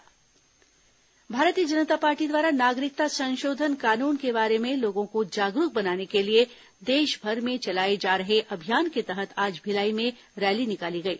केन्द्रीय मंत्री सीएए समर्थन भारतीय जनता पार्टी द्वारा नागरिकता संशोधन कानून के बारे में लोगों को जागरूक बनाने के लिए देशभर में चलाए जा रहे अभियान के तहत आज भिलाई में रैली निकाली गई